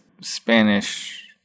Spanish